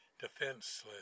defenseless